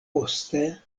poste